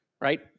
right